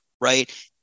right